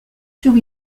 sur